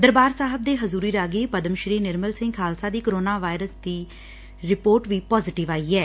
ਦਰਬਾਰ ਸਾਹਿਬ ਦੇ ਹਜੂਰੀ ਰਾਗੀ ਪਦਮ ਸ੍ਰੀ ਨਿਰਮਲ ਸਿੰਘ ਖਾਲਸਾ ਦੀ ਕੋਰੋਨਾ ਰਿਪੋਰਟ ਵੀ ਪਾਜ਼ੇਟਿਵ ਆਈ ਐ